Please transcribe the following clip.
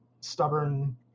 stubborn